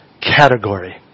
category